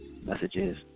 messages